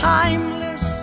timeless